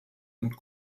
und